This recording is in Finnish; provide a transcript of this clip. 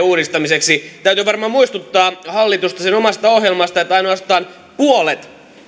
uudistamiseksi täytyy varmaan muistuttaa hallitusta sen omasta ohjelmasta että ainoastaan puolet